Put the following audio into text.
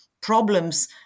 Problems